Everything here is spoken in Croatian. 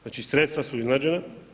Znači sredstva su iznuđena.